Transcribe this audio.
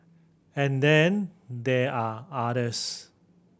and then there are others